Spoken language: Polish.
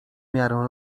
miarę